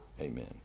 amen